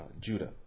Judah